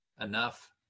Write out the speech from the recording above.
enough